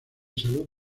salud